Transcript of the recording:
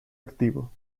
activo